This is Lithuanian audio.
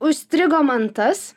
užstrigo man tas